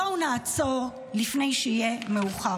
בואו נעצור לפני שיהיה מאוחר מדי.